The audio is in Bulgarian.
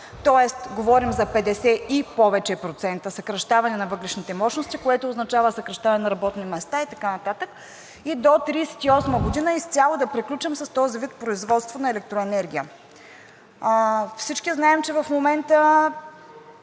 тоест говорим за 50 и повече процента съкращаване на въглищните мощности, което означава съкращаване на работни места и така нататък. И до 2038 г. изцяло да приключим с този вид производство на електроенергия. Всички знаем, че в момента